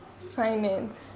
finance